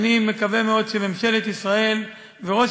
ואני מקווה מאוד שממשלת ישראל וראש